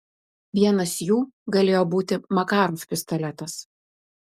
vienas jų galėjo būti makarov pistoletas